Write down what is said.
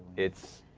it's